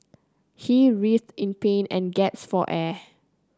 he writhed in pain and gasped for air